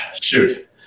shoot